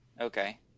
okay